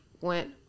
went